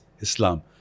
Islam